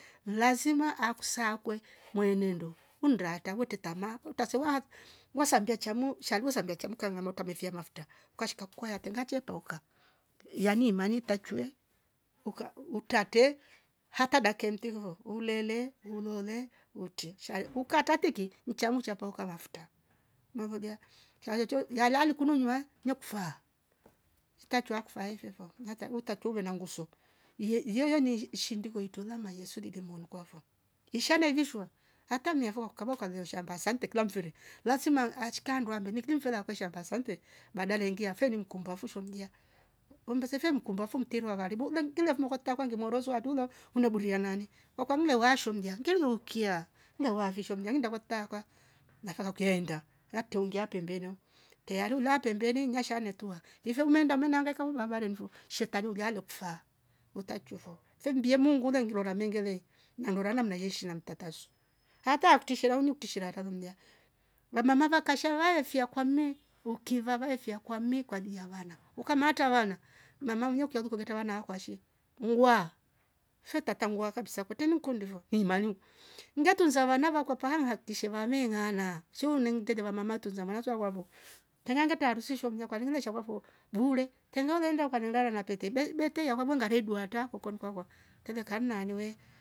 Ni lazima akusakwe mwenendo kunda wetata tamaa wasambia chamu shalua sambiya chamka ngamota mefia mafuta ukashika kwaya tenga chetoka, yani imani tachwe uka utate hata daka hentevo ulele ulole uti shai ukata tiki mcha uchapoka mafuta, mavolia hachocho yala likunywa mekufa itachwa kufa yevofo nata utatuwe na nguso ye- yeye ni shindoko itola ma yesu lile monkwava isha nevishwa hata niavo ukava ukaliosha mbassa ntekela mlamfire lazima ache kanduwa mbeniki mfela kosha mbasante bada lengia feli mkumba fusho mjia umbe sefe mkumbafo mterwa karibu ule mkilia fumo kwataka ngemorozwa atulo ure buria nani wakamla washamndoia nginukia ngewa visho mja ndawatakwa nafala ukaenda naktongia pembenu tayari ula pembeni ngasha netua ife umeenda mena ngaika ubama remfu shetani ulia ndokufa utachuvo fembia mungule ngilola mengere nandorara mnaeishi na mtatazo hata kutisha rauni kutsiha ratumnya ngamana va kasha wahefia kwame hukiva vae mfia kwadia wana ukamata wana mama mnyokia ukalu kugeta wana kwa shi mngwa hetata nngwa kabisa kwete ni kundivo imaliu, ngetunza vana vakwapaha hatisha vame ngana siu ningdeja wamam tuza mwana sua kwavo tengena ta harusi sho mnya kwanyule shakwavo bure tenga uleenda ukanengala na peta be- betiya yakwava ngaredua wata ukoni kwakwa tele kana niwe